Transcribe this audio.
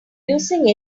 using